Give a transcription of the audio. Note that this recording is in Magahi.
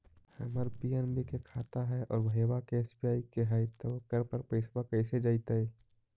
हमर पी.एन.बी के खाता है और भईवा के एस.बी.आई के है त ओकर पर पैसबा कैसे जइतै?